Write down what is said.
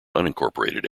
unincorporated